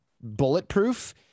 bulletproof